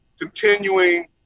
continuing